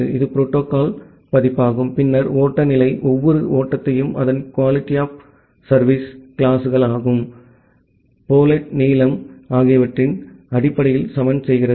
இது புரோட்டோகால் பதிப்பாகும் பின்னர் ஓட்ட நிலை ஒவ்வொரு ஓட்டத்தையும் அதன் QoS வகுப்புகள் பேலோட் நீளம் ஆகியவற்றின் அடிப்படையில் சமன் செய்கிறது